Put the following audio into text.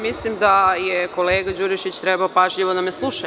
Mislim da je kolega Đurišić trebao pažljivo da me sluša.